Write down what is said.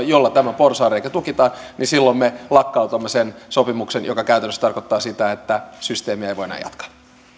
jolla tämä porsaanreikä tukitaan niin silloin me lakkautamme sen sopimuksen mikä käytännössä tarkoittaa sitä että systeemiä ei voi enää jatkaa